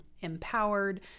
empowered